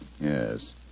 Yes